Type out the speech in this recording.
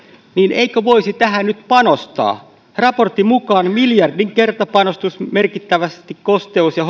eikö voisi tähän nyt panostaa raportin mukaan miljardin kertapanostus merkittävästi kosteus ja